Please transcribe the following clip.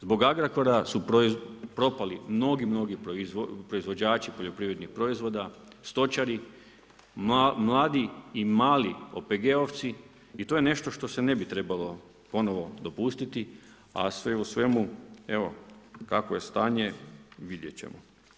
Zbog Agrokora su propali mnogi proizvođači poljoprivrednih proizvoda, stočari, mladi i mali OPG-ovci i to je nešto što se ne bi trebalo ponovo dopustiti, a sve u svemu, evo, kakvo je stanje, vidjet ćemo.